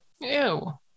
Ew